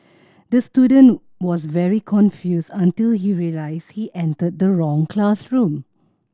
the student was very confused until he realised he entered the wrong classroom